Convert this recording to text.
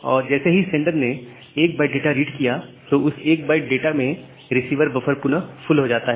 और जैसे ही सेंडर ने 1 बाइट डाटा सेंड किया तो उस 1 बाइट डाटा से रिसीवर बफर पुनः फुल हो जाता है